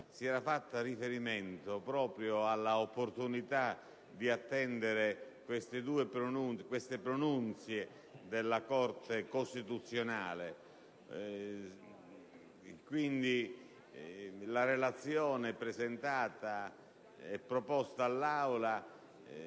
si era fatto riferimento proprio alla opportunità di attendere queste pronunzie della Corte costituzionale. Poiché la relazione presentata e proposta all'Aula